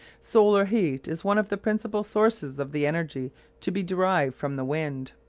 solar heat is one of the principal sources of the energy to be derived from the wind.